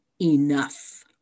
enough